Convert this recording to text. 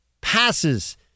passes